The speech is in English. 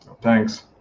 Thanks